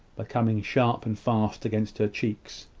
by coming sharp and fast against her cheeks.